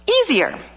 Easier